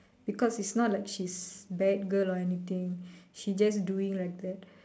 because is not like she's bad girl or anything she just doing like that